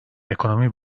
ekonomi